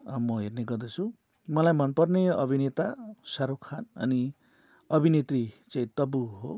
म हेर्ने गर्दछु मलाई मनपर्ने अभिनेता शाहरुख खान अनि अभिनेत्री चाहिँ तब्बू हो